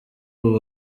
ubu